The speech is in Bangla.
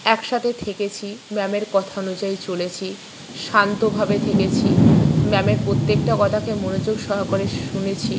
একসাথে থেকেছি ম্যামের কথা অনুযায়ী চলেছি শান্তভাবে থেকেছি ম্যামের প্রত্যেকটা কথাকে মনোযোগ সহকারে শুনেছি